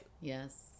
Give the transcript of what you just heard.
Yes